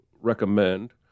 recommend